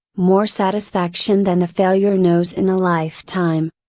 more satisfaction than the failure knows in a lifetime.